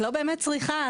את לא באמת צריכה,